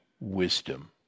wisdom